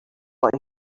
but